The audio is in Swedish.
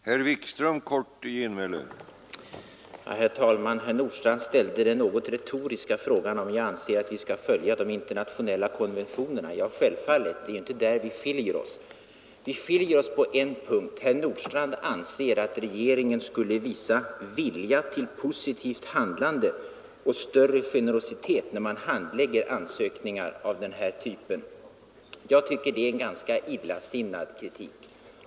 Herr talman! Herr Nordstrandh ställde den något retoriska frågan, om jag anser att vi skall följa de internationella konventionerna. Ja, självfallet! Det är ju inte där vi skiljer oss åt. Vi skiljer oss åt på en punkt: Herr Nordstrandh anser att regeringen borde visa vilja till positivt handlande och större generositet vid handläggningen av ansökningar av den här typen. Jag tycker det är en ganska illasinnad kritik.